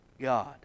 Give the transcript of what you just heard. God